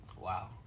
Wow